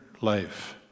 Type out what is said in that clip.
life